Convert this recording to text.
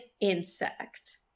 insect